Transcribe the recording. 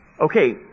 Okay